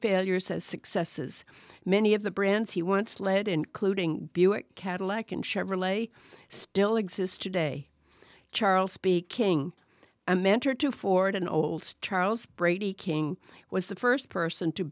failures as successes many of the brands he wants led including buick cadillac and chevrolet still exist today charles speaking a mentor to ford an old charles brady king was the first person to